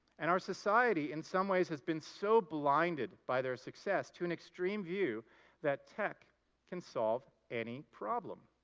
and our society in some ways has been so blinded by their success to an extreme view that tech can solve any problem.